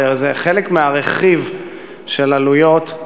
זה חלק מהרכיב של עלויות.